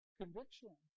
conviction